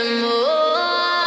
more